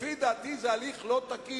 לפי דעתי זה הליך לא תקין.